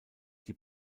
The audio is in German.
die